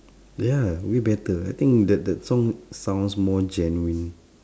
ya way better I think that that song sounds more genuine